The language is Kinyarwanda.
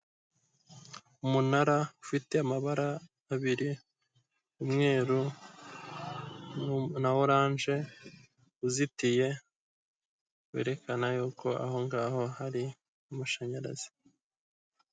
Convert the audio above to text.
Umunara ufite amabara abiri, umweru na oranje, uzitiye, werekana yuko aho ngaho hari amashanyarazi.